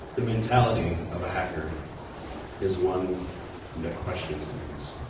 the mentality of a hacker is one that questions things.